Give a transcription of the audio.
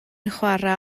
chwarae